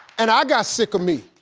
and i got sick of me.